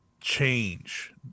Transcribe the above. change